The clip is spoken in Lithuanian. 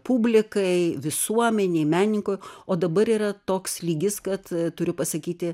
publikai visuomenei menininkui o dabar yra toks lygis kad turiu pasakyti